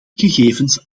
gegevens